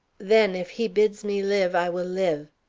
then, if he bids me live, i will live,